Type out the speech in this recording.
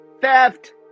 theft